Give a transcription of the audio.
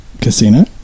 casino